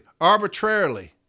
arbitrarily